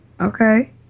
Okay